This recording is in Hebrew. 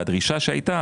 הדרישה שהייתה,